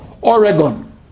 Oregon